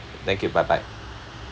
thank you bye bye